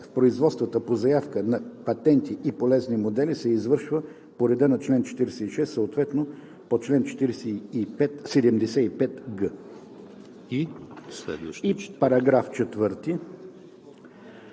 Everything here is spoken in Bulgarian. в производствата по заявки за патенти и полезни модели се извършва по реда на чл. 46, съответно по чл. 75г.“ Комисията